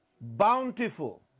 bountiful